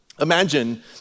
imagine